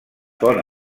font